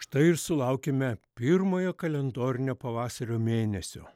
štai ir sulaukėme pirmojo kalendorinio pavasario mėnesio